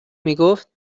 میگفت